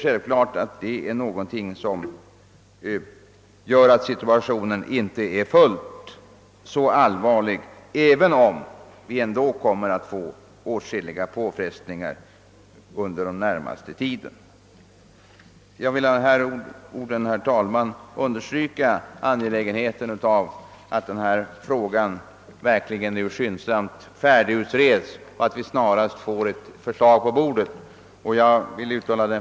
Situationen är därför inte fullt så allvarlig, även om påfrestningarna under den närmaste tiden ändå kommer att bli stora. Jag vill med dessa ord, herr talman, understryka angelägenheten av att denna fråga verkligen skyndsamt utredes och att ett förslag snarast läggs på riksdagens bord.